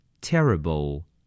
Terrible